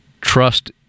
trust